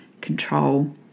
control